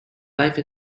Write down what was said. life